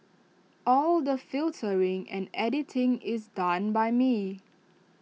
all the filtering and editing is done by me